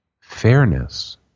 fairness